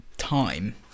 time